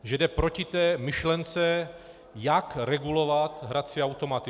Že jde proti myšlence, jak regulovat hrací automaty.